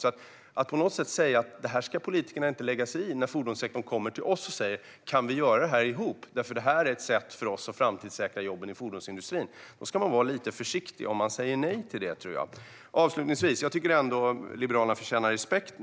Man ska vara lite försiktig när man säger att politikerna inte ska lägga sig i detta. Fordonssektorn har nämligen kommit till oss och sagt: Kan vi göra det här ihop? Det här är ett sätt för dem att framtidssäkra jobben i deras industri. Jag tycker avslutningsvis att ni i Liberalerna förtjänar respekt.